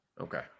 Okay